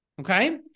okay